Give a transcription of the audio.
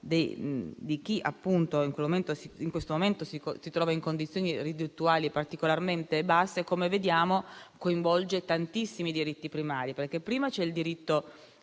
di chi in questo momento si trova in condizioni reddituali particolarmente basse, come vediamo, coinvolgono tantissimi diritti primari, perché prima c'è il diritto